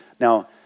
Now